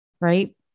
right